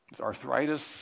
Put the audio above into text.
arthritis